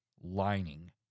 lining